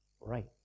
right